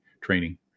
training